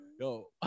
Yo